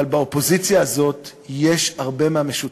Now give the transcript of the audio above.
אבל באופוזיציה הזאת יש הרבה מהמשותף.